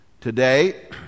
Today